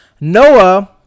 Noah